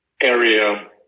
area